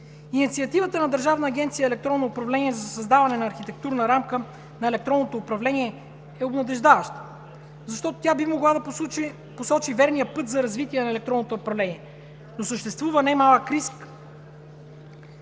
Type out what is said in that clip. Инициативата на Държавна агенция „Електронно управление“ за създаване на архитектурна рамка на електронното управление е обнадеждаваща, защото тя би могла да посочи верния път за развитие на електронното управление. Но съществува немалък риск